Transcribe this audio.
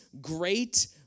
great